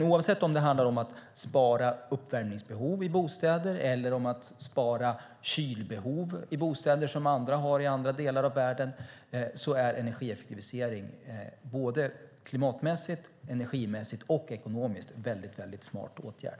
Oavsett om det handlar om att spara uppvärmningsbehov i bostäder eller att spara kylbehov i bostäder som andra har i andra delar av världen är energieffektivisering både klimatmässigt, energimässigt och ekonomiskt en väldigt smart åtgärd.